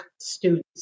students